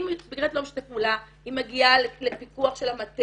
אם באמת לא משתף פעולה היא מגיעה לפיקוח של המטה,